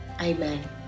amen